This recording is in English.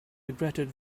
regretted